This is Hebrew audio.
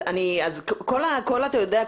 אתה יודע,